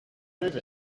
move